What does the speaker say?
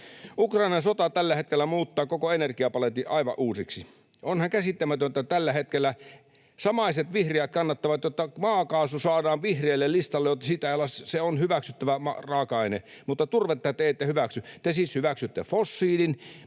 Ukrainan sota tällä hetkellä muuttaa koko energiapaletin aivan uusiksi. Onhan käsittämätöntä, että tällä hetkellä samaiset vihreät kannattavat, että maakaasu saadaan vihreälle listalle — se on hyväksyttävä raaka-aine, mutta turvetta te ette hyväksy. Te siis hyväksytte fossiilin